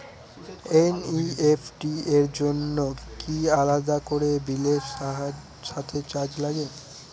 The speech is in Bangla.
এন.ই.এফ.টি র জন্য কি আলাদা করে বিলের সাথে চার্জ লাগে?